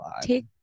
take